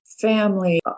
family